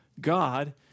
God